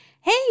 Hey